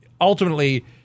ultimately